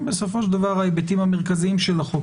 בסופו של דבר ההיבט המשפטי הוא עיקרי,